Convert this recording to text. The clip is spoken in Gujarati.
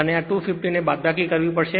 અને આ 250 ને બાદબાકી કરવી પડશે